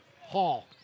Hall